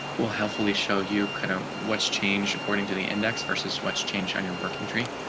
will hopefully show you kind of what's changed. according to the index versus what's changed on your working tree.